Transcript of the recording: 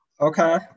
Okay